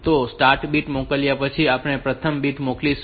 તો start bit મોકલ્યા પછી આપણે પ્રથમ બીટ મોકલીશું